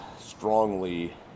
strongly